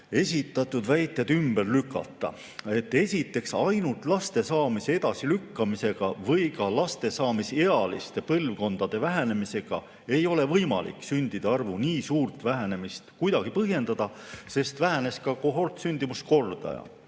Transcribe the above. esitatud väited ümber lükata. Esiteks, ainult laste saamise edasilükkamisega või ka lastesaamisealiste põlvkondade [liikmete arvu] vähenemisega ei ole võimalik sündide arvu nii suurt vähenemist kuidagi põhjendada, sest vähenes ka kohortsündimuskordaja.